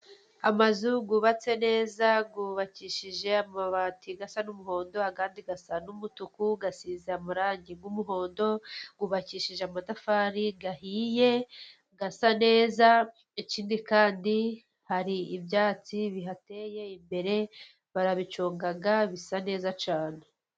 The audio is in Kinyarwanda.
Amazu yubatse neza, yubakishije amabati asa n'umuhondo, andi asa n'umutuku, asize amarangi y'umuhondo yubakishije amatafari ahiye asa neza, ikindi kandi hari ibyatsi bihateye, imbere barabiconga bisa neza cyane.